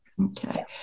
Okay